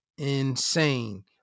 Insane